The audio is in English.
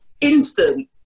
instant